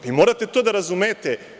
Vi morate to da razumete.